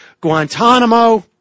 Guantanamo